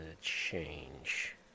change